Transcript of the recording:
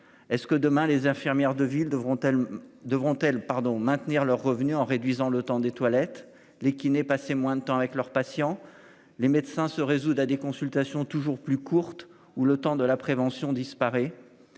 Est-ce que demain les infirmières de villes devront elles devront pardon maintenir leurs revenus en réduisant le temps des toilettes les kinés passé moins de temps avec leurs patients, les médecins se résoudre à des consultations toujours plus courtes ou le temps de la prévention disparaît.